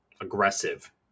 aggressive